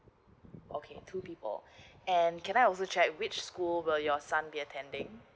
okay two people and can I also check which school will your son be attending